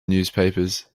newspapers